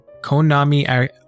Konami